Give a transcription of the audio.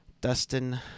dustin